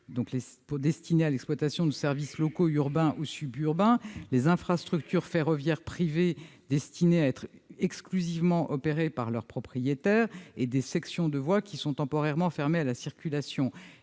destinés à l'exploitation de services locaux, urbains ou suburbains, les infrastructures ferroviaires privées destinées à être exclusivement opérées par leurs propriétaires et des sections de voies temporairement fermées à la circulation.